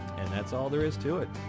and that's all there is to it.